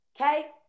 Okay